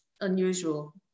unusual